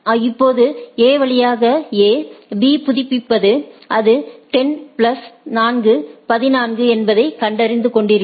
இப்போது A வழியாக A B புதுப்பித்து அது 10 பிளஸ் 4 14 என்பதைக் கண்டறிந்து தொடர்கிறது